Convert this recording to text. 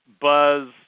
buzz